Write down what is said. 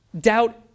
Doubt